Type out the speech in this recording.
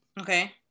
okay